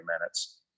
minutes